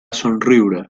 somriure